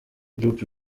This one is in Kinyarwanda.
group